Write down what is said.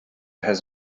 has